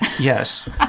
Yes